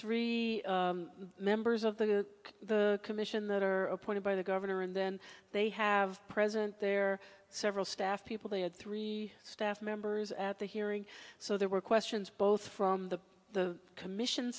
three members of the commission that are appointed by the governor and then they have present their several staff people they had three staff members at the hearing so there were questions both from the the commission